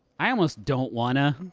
i almost don't wanna.